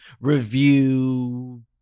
Review